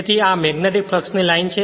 તેથી આ મેગ્નેટીકફ્લક્ષની લાઇન છે